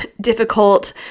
difficult